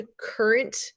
current